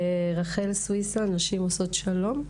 רחל סוויסה, מנשים עושות שלום.